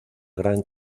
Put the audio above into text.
gran